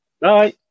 Bye